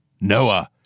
Noah